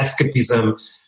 escapism